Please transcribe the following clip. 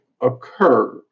occur